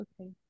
okay